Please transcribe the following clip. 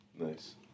Nice